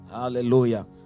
Hallelujah